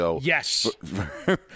Yes